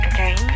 Okay